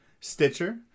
stitcher